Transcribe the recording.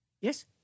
Yes